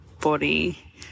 body